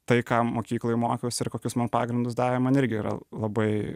tai ką mokykloj mokiaus ir kokius man pagrindus davė man irgi yra labai